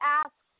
ask